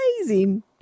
amazing